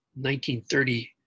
1930